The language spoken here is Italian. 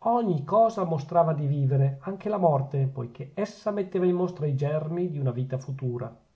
ogni cosa mostrava di vivere anche la morte poichè essa metteva in mostra i germi di una vita futura